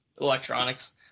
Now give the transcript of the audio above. Electronics